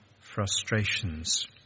frustrations